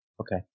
Okay